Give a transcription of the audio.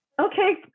okay